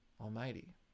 Almighty